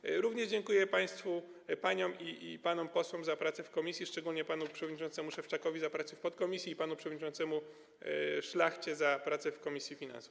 Dziękuję również państwu, paniom i panom posłom, za pracę w komisji, szczególnie panu przewodniczącemu Szewczakowi za pracę w podkomisji i panu przewodniczącemu Szlachcie za pracę w komisji finansów.